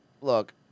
look